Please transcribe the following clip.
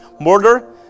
murder